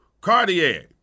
Cartier